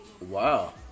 Wow